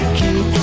keep